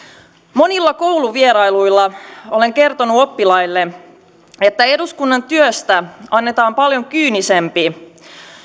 monilla kouluvierailuilla olen kertonut oppilaille että eduskunnan työstä annetaan paljon kyynisempi